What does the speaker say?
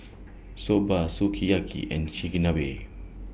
Soba Sukiyaki and Chigenabe